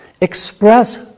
express